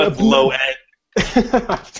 low-end